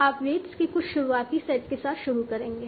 आप वेट्स के कुछ शुरुआती सेट के साथ शुरू करेंगे